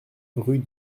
rue